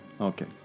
Okay